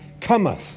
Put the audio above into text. cometh